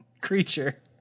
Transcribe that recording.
creature